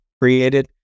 created